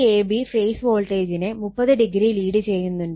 Vab phase വോൾട്ടേജിനെ 30o lead ചെയ്യുന്നുണ്ട്